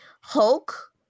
Hulk